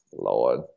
lord